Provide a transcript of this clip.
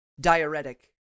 diuretic